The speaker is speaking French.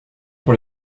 pour